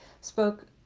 spoke